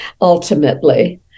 ultimately